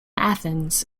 athens